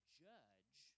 judge